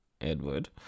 Edward